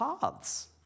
paths